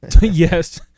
yes